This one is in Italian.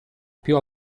più